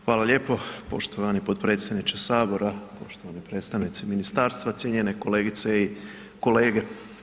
Hvala lijepo poštovani potpredsjedniče Sabora, poštovane predstavnice ministarstva, cijenjene kolegice i kolege.